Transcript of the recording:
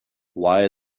why